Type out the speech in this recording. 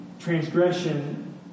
transgression